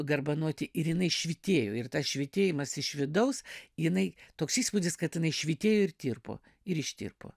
garbanoti ir jinai švytėjo ir tas švytėjimas iš vidaus jinai toks įspūdis kad jinai švytėjo ir tirpo ir ištirpo